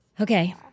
okay